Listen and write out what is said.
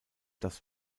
das